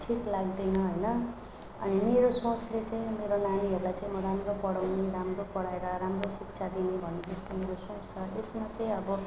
ठिक लाग्दैन होइन अनि मेरो सोचले चाहिँ मेरो नानीहरूलाई चाहिँ म राम्रो पढाउने राम्रो पढाएर राम्रो शिक्षा दिने भनेको जस्तो मेरो सोच छ यसमा चाहिँ अब